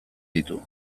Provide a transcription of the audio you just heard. ditu